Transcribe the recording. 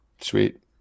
sweet